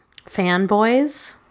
Fanboys